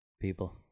people